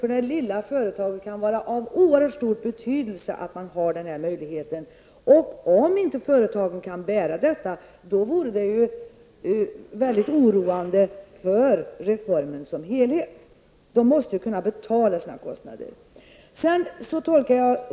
För det lilla företaget kan det däremot vara av oerhört stor betydelse att man har denna möjlighet. Om företagen inte kan bära detta vore det väldigt oroande för reformen som helhet. De måste kunna betala sina kostnader.